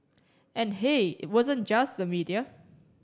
and hey it wasn't just the media